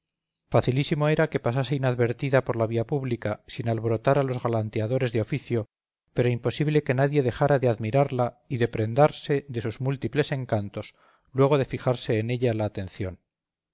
facilísimo era que pasase inadvertida por la vía pública sin alborotar a los galanteadores de oficio pero imposible que nadie dejara de admirarla y de prendarse de sus múltiples encantos luego que fijase en ella la atención